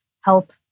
help